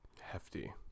Hefty